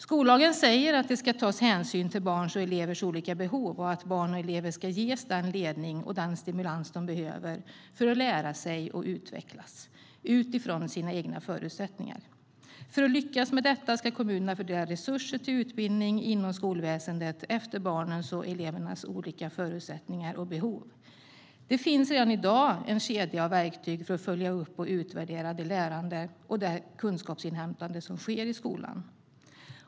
Skollagen säger att det ska tas hänsyn till barns och elevers olika behov och att barn och elever ska ges den ledning och den stimulans de behöver för att lära sig och utvecklas utifrån sina egna förutsättningar. För att lyckas med detta ska kommunerna fördela resurser till utbildning inom skolväsendet efter barnens och elevernas olika förutsättningar och behov. Det finns redan i dag en kedja av verktyg för att följa upp och utvärdera det lärande och kunskapsinhämtande som sker i skolan.